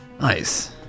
Nice